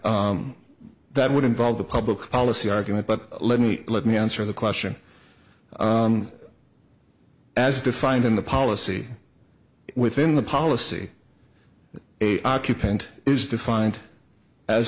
that would involve the public policy argument but let me let me answer the question as defined in the policy within the policy a occupant is defined as